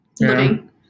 living